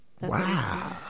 Wow